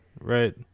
right